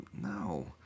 No